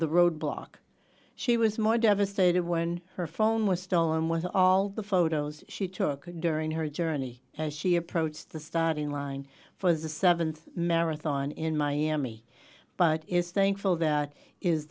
the road block she was more devastated when her phone was stolen with all the photos she took during her journey as she approached the starting line for the seventh marathon in miami but is thankful that is